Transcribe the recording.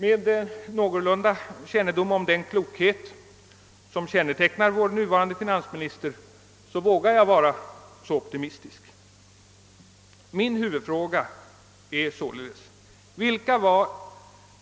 Med någon kännedom om den klokhet och erfarenhet som kännetecknar vår nuvarande finansminister vågar jag vara så optimistisk. Min huvudfråga är således: Vilka var